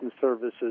services